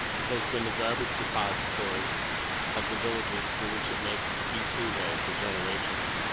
it has been the garbage depository of the villages through which it makes its beastly way, for generations.